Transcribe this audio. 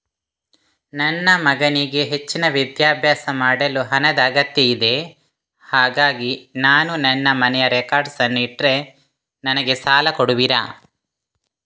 ನನ್ನ ಮಗನಿಗೆ ಹೆಚ್ಚಿನ ವಿದ್ಯಾಭ್ಯಾಸ ಮಾಡಲು ಹಣದ ಅಗತ್ಯ ಇದೆ ಹಾಗಾಗಿ ನಾನು ನನ್ನ ಮನೆಯ ರೆಕಾರ್ಡ್ಸ್ ಅನ್ನು ಇಟ್ರೆ ನನಗೆ ಸಾಲ ಕೊಡುವಿರಾ?